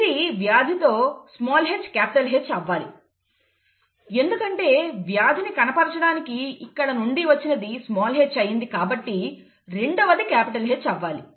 ఇది వ్యాధితో hH అవ్వాలి ఎందుకంటే వ్యాధిని కనబరచడానికి ఇక్కడ నుండి వచ్చినది స్మాల్ h అయింది కాబట్టి రెండవది క్యాపిటల్ H అవ్వాలి